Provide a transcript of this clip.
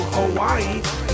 Hawaii